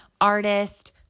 artist